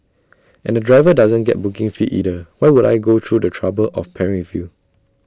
and the driver doesn't get booking fee either why would I go through the trouble of pairing with you